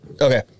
Okay